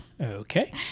Okay